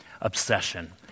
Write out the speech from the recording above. obsession